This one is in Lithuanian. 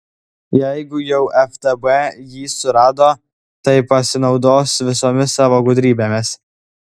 jeigu jau ftb jį surado tai pasinaudos visomis savo gudrybėmis